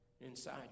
inside